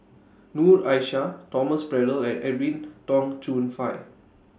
Noor Aishah Thomas Braddell and Edwin Tong Chun Fai